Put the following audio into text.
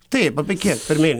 taip apie kiek per mėnesį